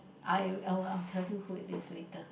I I will I will tell you who is it later